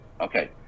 Okay